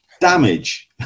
damage